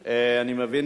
נתקבלה.